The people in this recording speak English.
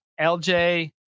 LJ